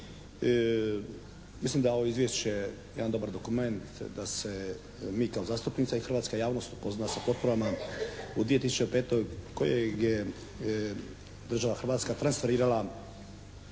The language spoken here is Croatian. Mislim da je ovo izvješće jedan dobar dokument. Da se mi kao zastupnici i hrvatska javnost upozna sa potporama u 2005. kojeg je država Hrvatska transferirala